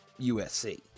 USC